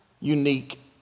unique